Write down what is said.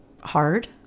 hard